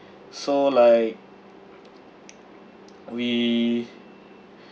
so like we